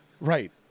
Right